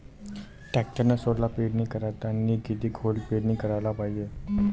टॅक्टरनं सोला पेरनी करतांनी किती खोल पेरनी कराच पायजे?